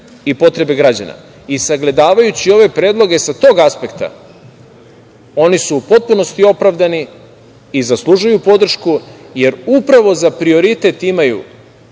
i potrebe građana. Sagledavajući ove predloge sa tog aspekta oni su u potpunosti opravdani i zaslužuju podršku, jer upravo, za prioritet imaju